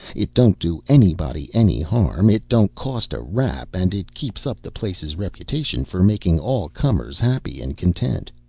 it don't do anybody any harm, it don't cost a rap, and it keeps up the place's reputation for making all comers happy and content.